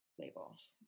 labels